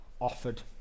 offered